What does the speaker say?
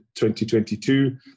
2022